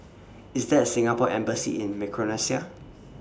IS There A Singapore Embassy in Micronesia